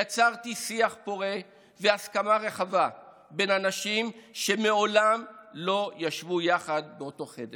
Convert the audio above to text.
יצרתי שיח פורה בהסכמה רחבה בין אנשים שמעולם לא ישבו יחד באותו חדר,